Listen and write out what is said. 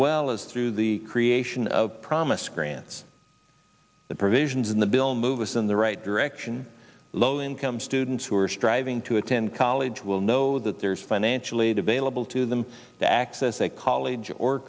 well as through the creation of promise grants the provisions in the bill move us in the right direction low income students who are striving to attend college will know that there is financial aid available to them to access a college or